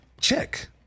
Check